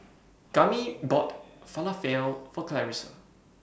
Kami bought Falafel For Clarissa